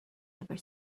ever